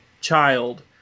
child